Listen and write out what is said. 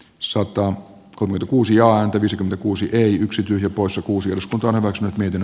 soiton comin kuusi joan kävisikö kuusi yksi tyhjä poissa kuusi osku torwet wet wetin